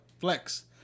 flex